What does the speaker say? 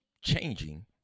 changing